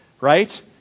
right